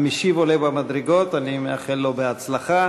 המשיב עולה במדרגות, אני מאחל לו בהצלחה.